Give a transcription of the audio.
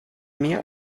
mehr